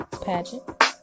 Pageant